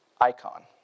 icon